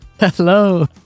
Hello